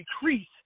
decrease